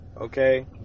Okay